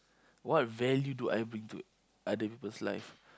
what value do I bring to other peoples' life